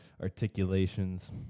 articulations